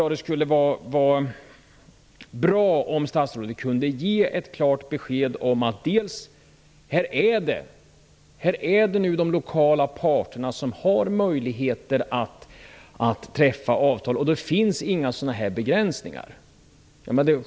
Därför vore det bra om statsrådet gav ett klart besked om att det är de lokala parterna som har möjligheter att träffa avtal och att det inte finns några begränsningar.